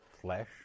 flesh